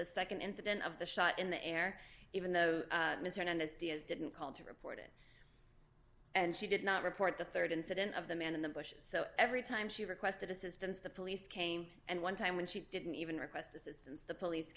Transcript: the nd incident of the shot in the air even though mr and his d s didn't call to report it and she did not report the rd incident of the man in the bushes so every time she requested assistance the police came and one time when she didn't even request assistance the police